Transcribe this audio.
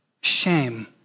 shame